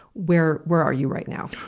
where where are you right now?